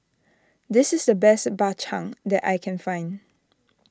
this is the best Bak Chang that I can find